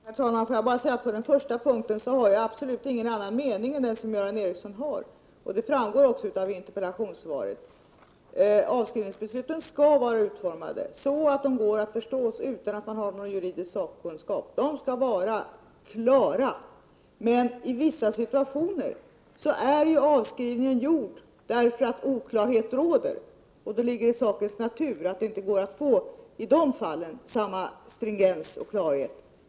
Herr talman! Jag vill bara säga att på den första punkten har jag absolut 14 mars 1988 ingen annan mening än den som Göran Ericsson företräder. Det framgår också av interpellationssvaret. Avskrivningsbesluten skall vara utformade så att de går att förstå utan att man har någon juridisk sakkunskap. Besluten skall vara klart formulerade. I vissa fall är dock avskrivningen gjord därför att det råder oklarhet. Det ligger i sakens natur att det då inte är möjligt att få samma stringens, samma klarhet.